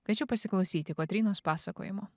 kviečiu pasiklausyti kotrynos pasakojimo